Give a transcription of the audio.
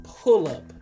pull-up